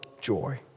joy